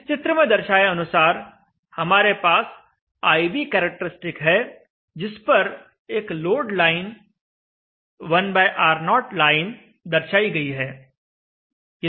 इस चित्र में दर्शाए अनुसार हमारे पास I V कैरेक्टरिस्टिक है जिस पर एक लोड लाइन 1R0 लाइन दर्शाई गई है